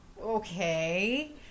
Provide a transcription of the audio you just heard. okay